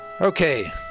Okay